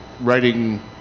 writing